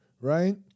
right